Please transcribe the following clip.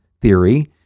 theory